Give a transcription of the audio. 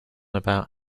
about